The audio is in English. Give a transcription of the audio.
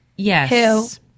Yes